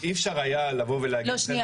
אי אפשר היה לבוא ולהגיד --- לא שנייה,